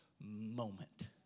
moment